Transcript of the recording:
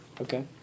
Okay